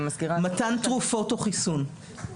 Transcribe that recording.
מתן תרופות או חיסון.